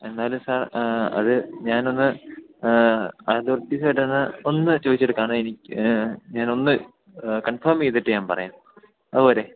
എന്നാലും സാർ അത് ഞാനൊന്ന് അതോറിറ്റീസുമായിട്ടൊന്ന് ഒന്ന് ചോദിച്ചിട്ട് കാരണം എനിക്ക് ഞാനൊന്ന് കൺഫേം ചെയ്തിട്ട് ഞാൻ പറയാം അതുപോരെ